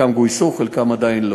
חלק גויסו, חלקם עדיין לא.